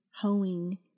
hoeing